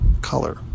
color